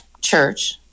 church